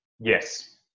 yes